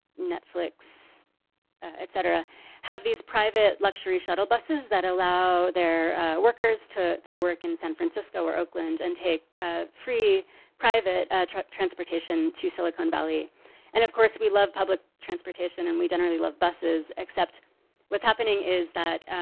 netflix etc have these private luxury shuttle buses that allow their workers to to work in san francisco or oakland and take ah free private transportation to silicon valley and of course, we love public transportation and we generally love buses, except what's happening is that,